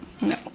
no